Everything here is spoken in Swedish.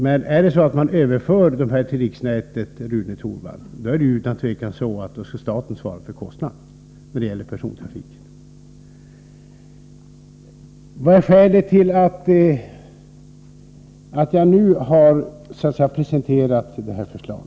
Men om dessa banor nu överförs till riksnätet, Rune Torwald, då skall utan tvivel staten svara för kostnaderna vad gäller persontrafiken. Vad är då skälet till att jag nu har presenterat detta förslag?